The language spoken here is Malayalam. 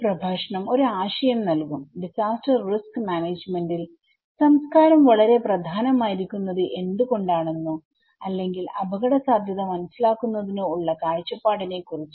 ഈ പ്രഭാഷണം ഒരു ആശയം നൽകും ഡിസാസ്റ്റർ റിസ്ക് മാനേജ്മെന്റിൽ സംസ്കാരം വളരെ പ്രധാനമായിരിക്കുന്നത് എന്തുകൊണ്ടാണെന്നോ അല്ലെങ്കിൽ അപകടസാധ്യത മനസ്സിലാക്കുന്നതിനോ ഉള്ള കാഴ്ചപ്പാടിനെ കുറിച്ച്